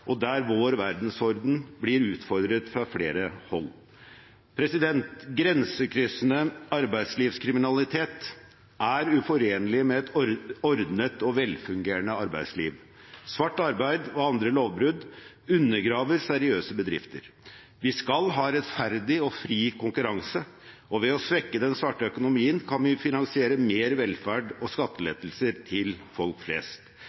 og der vår verdensorden blir utfordret fra flere hold. Grensekryssende arbeidslivskriminalitet er uforenlig med et ordnet og velfungerende arbeidsliv. Svart arbeid og andre lovbrudd undergraver seriøse bedrifter. Vi skal ha rettferdig og fri konkurranse, og ved å svekke den svarte økonomien kan vi finansiere mer velferd og skattelettelser til folk flest.